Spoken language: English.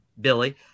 Billy